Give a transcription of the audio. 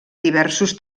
diversos